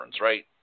right